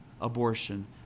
abortion